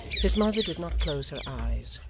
his mother did not close her eyes,